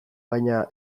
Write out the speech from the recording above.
baina